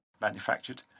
manufactured